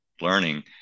learning